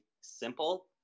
simple